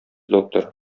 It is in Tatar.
доктор